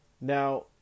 now